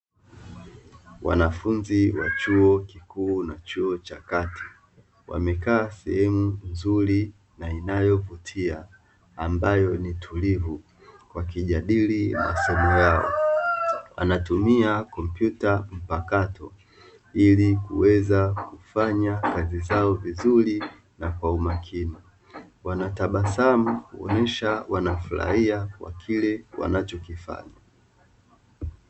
Wanafunzi wa chuo kikuu na chuo cha kati wamekaa sehemu nzuri na inayovutia ambayo ni utulivu wakijadili masomo yao, anatumia kompyuta mpakato ili kuweza kufanya kazi zao vizuri na kwa umakini wanatabasamu kuonyesha wanafurahia wakile wanachokifanya.